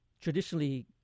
traditionally